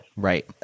right